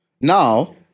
now